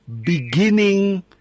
beginning